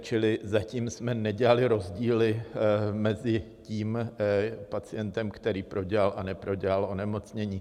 Čili zatím jsme nedělali rozdíly mezi tím pacientem, který prodělal a neprodělal onemocnění.